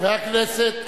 חבר הכנסת חסון.